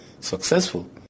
successful